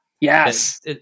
yes